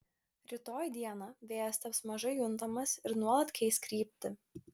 rytoj dieną vėjas taps mažai juntamas ir nuolat keis kryptį